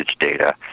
data